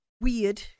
weird